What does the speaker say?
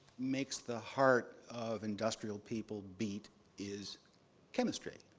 makes the heart of industrial people beat is chemistry